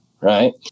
Right